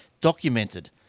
documented